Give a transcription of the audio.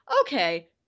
okay